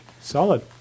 solid